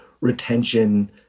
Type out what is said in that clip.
retention